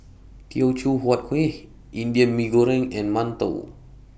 Teochew Huat Kueh Indian Mee Goreng and mantou